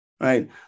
right